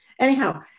anyhow